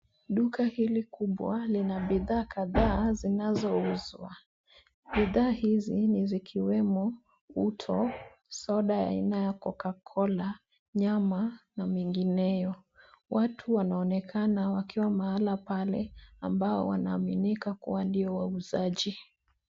Duka hili kubwa lina bidhaa kadhaa zinazouzwa. Bidhaa hizi ni zikiwemo uto, soda ya aina ya cocacola, nyama na mengineyo. Watu wanaonekana wakiwa mahali pale ambao wanaaminika kuwa ndio wauzaji.